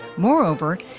moreover,